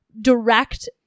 direct